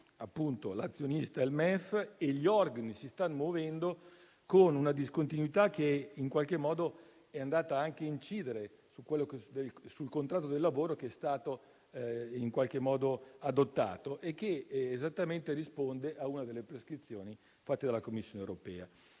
l'azionista è il MEF e gli organi si stanno muovendo con una discontinuità che è andata anche a incidere sul contratto di lavoro che è stato adottato e che risponde esattamente a una delle prescrizioni fatte dalla Commissione europea.